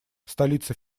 столица